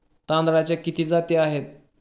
तांदळाच्या किती जाती आहेत?